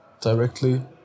Directly